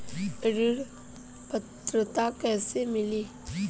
ऋण पात्रता कइसे मिली?